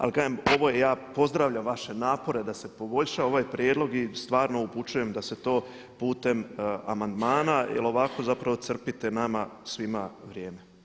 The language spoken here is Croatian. Ali kažem, ovo je ja pozdravljam vaše napore da se poboljša ovaj prijedlog i stvarno upućujem da se to putem amandmana jer ovako zapravo crpite nama svima vrijeme.